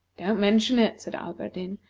don't mention it, said alberdin.